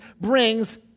brings